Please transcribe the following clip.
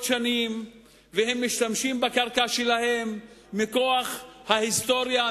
שנים והם משתמשים בקרקע שלהם מכוח ההיסטוריה,